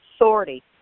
authority